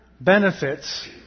benefits